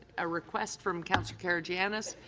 a request from councillor karygiannis,